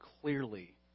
clearly